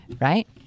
right